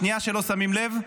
שנייה שלא שמים לב,